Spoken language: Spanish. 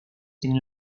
tienen